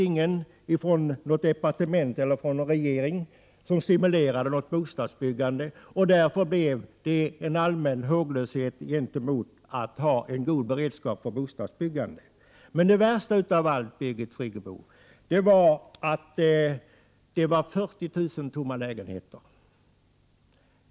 Ingen från departementet eller regeringen stimulerade till ett bostadsbyggande, och därför påverkades beredskapen på bostadsbyggnadsområdet av en allmän håglöshet. Men det värsta av allt, Birgit Friggebo, var att det fanns 40 000 tomma lägenheter.